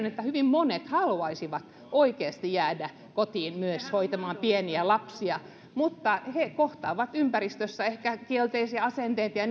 että hyvin monet oikeasti haluaisivat myös jäädä kotiin hoitamaan pieniä lapsia mutta he kohtaavat ympäristössä ehkä kielteisiä asenteita ja